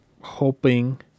hoping